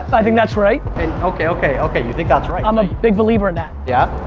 but i think that's right. and okay, okay, okay. you think that's right? i'm a big believer in that. yeah?